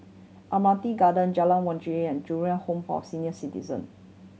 Admiralty Garden Jalan Waringin and Ju Eng Home for Senior Citizen